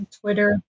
Twitter